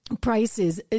prices